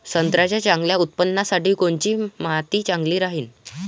संत्र्याच्या चांगल्या उत्पन्नासाठी कोनची माती चांगली राहिनं?